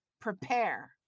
prepare